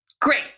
great